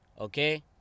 okay